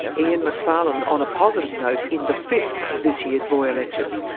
ian macfarlane on a positive note in the fifth of this year's boyer lectures.